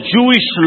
Jewish